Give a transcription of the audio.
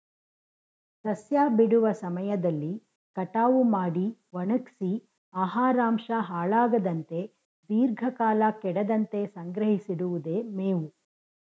ಸಸ್ಯ ಬಿಡುವ ಸಮಯದಲ್ಲಿ ಕಟಾವು ಮಾಡಿ ಒಣಗ್ಸಿ ಆಹಾರಾಂಶ ಹಾಳಾಗದಂತೆ ದೀರ್ಘಕಾಲ ಕೆಡದಂತೆ ಸಂಗ್ರಹಿಸಿಡಿವುದೆ ಮೇವು